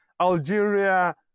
Algeria